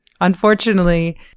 Unfortunately